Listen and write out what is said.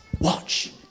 Watch